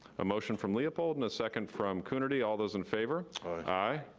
a motion from leopold and a second from coonerty. all those in favor? aye.